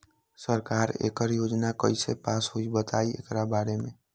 सरकार एकड़ योजना कईसे पास होई बताई एकर बारे मे?